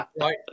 Right